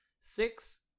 six